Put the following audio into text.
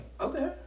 Okay